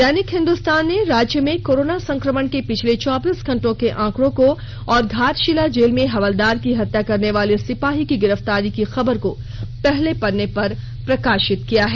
दैनिक हिन्दुस्तान ने राज्य में कोरोना संक्रमण के पिछले चौबीस घंटों के आंकड़ों को और घाटशिला जेल में हवलदार की हत्या करने वाले सिपाही की गिरफ्तारी की खबर को पहले पत्ने पर प्रकाशित किया है